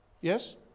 Yes